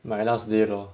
my last day lor